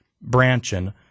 branching